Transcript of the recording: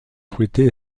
fruités